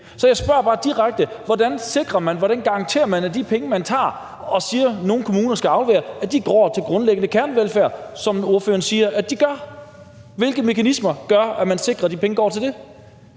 Så jeg spørger bare direkte: Hvordan sikrer man, hvordan garanterer man, at de penge, man siger, at nogle kommuner skal aflevere, går til grundlæggende kernevelfærd, som ordføreren siger at de gør? Hvilke mekanismer sikrer, at de penge går til det?